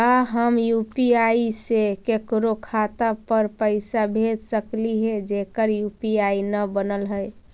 का हम यु.पी.आई से केकरो खाता पर पैसा भेज सकली हे जेकर यु.पी.आई न बनल है?